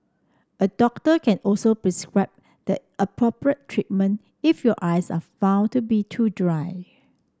a doctor can also prescribe the appropriate treatment if your eyes are found to be too dry